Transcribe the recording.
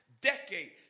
decade